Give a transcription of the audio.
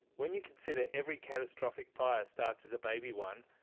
when you consider every catastrophic fire starts as a baby one,